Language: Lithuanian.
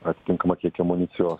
atitinkamą kiekį amunicijos